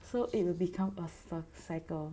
so it will become a cycle